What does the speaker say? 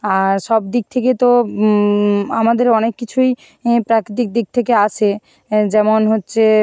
আর সব দিক থেকে তো আমাদের অনেক কিছুই প্রাকৃতিক দিক থেকে আসে যেমন হচ্ছে